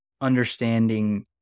understanding